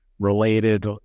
Related